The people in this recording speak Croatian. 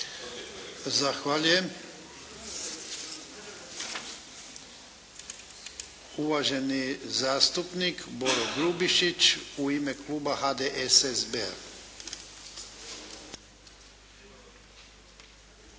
Zahvaljujem. Uvaženi zastupnik Boro Grubišić u ime kluba HDSSB-a.